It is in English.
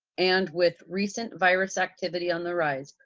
and with recent virus activity on the rise,